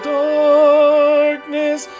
darkness